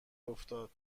افتاد